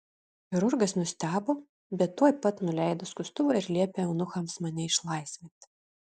chirurgas nustebo bet tuoj pat nuleido skustuvą ir liepė eunuchams mane išlaisvinti